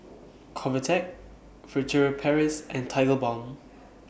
Convatec Furtere Paris and Tigerbalm